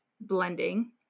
blending